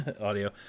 audio